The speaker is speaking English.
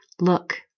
Look